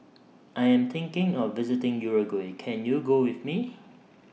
I Am thinking of visiting Uruguay Can YOU Go with Me